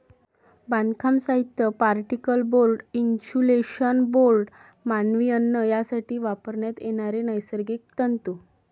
बांधकाम साहित्य, particle board, insulation board, मानवी अन्न यासाठी वापरण्यात येणारे नैसर्गिक तंतू